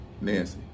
Nancy